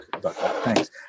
thanks